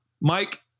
Mike